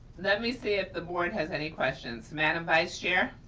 let me see if the board has any questions. madam vice chair?